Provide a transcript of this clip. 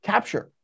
capture